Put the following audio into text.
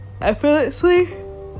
effortlessly